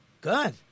Good